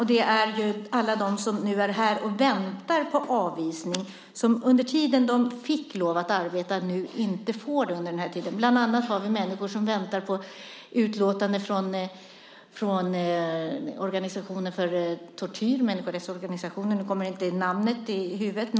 När det gäller alla som nu är här och väntar på avvisning så var det tidigare så att de fick lov att arbeta under den tiden, men nu får de inte göra det. Bland annat har vi människor som väntar på utlåtanden från människorättsorganisationen mot tortyr. Just nu kommer jag inte ihåg namnet på den.